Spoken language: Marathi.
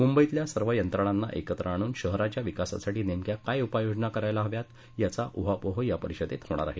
मुंबईतील सर्व यंत्रणांना एकत्र आणून शहराच्या विकासासाठी नेमक्या काय उपाययोजना करायला हव्यात याचा उहापोह या परिषदेत होणार आहे